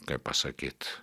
kaip pasakyt